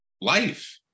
life